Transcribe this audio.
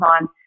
on